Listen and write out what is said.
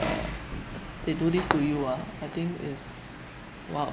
they do this to you ah I think is !wow!